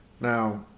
Now